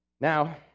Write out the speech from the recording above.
Now